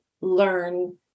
learn